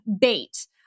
bait